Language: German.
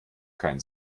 kein